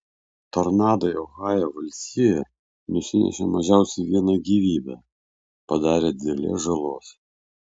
tornadai ohajo valstijoje nusinešė mažiausiai vieną gyvybę padarė didelės žalos